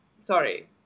sorry